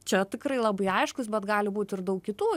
čia tikrai labai aiškus bet gali būt ir daug kitų